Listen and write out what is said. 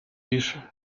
лишь